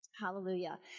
Hallelujah